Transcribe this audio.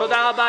תודה רבה.